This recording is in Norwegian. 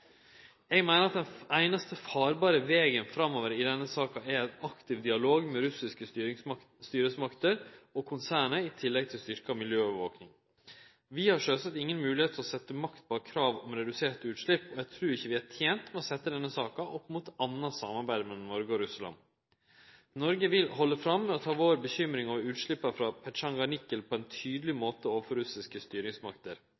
Eg meiner at den einaste farbare vegen framover i denne saka er ein aktiv dialog med russiske styresmakter og konsernet i tillegg til styrkt miljøovervaking. Vi har sjølvsagt ingen moglegheit til å setje makt bak krava om reduserte utslepp, og eg trur ikkje vi er tente med å setje denne saka opp mot anna samarbeid mellom Noreg og Russland. Noreg vil halde fram med å ta opp bekymringa over utsleppa frå Petsjenganikel på ein tydeleg